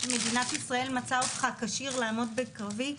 מדינת ישראל מצאה אותך כשיר לעמוד בקרבי,